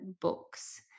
books